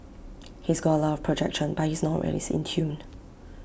he's got A lot of projection but he's not always in tune